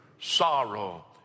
sorrow